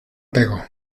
pego